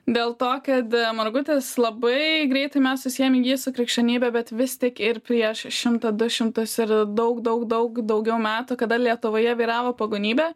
dėl to kad a margutis labai greitai mes susiejam jį su krikščionybe bet vis tik ir prieš šimtą du šimtus ir daug daug daug daugiau metų kada lietuvoje vyravo pagonybė